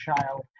child